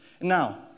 Now